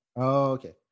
Okay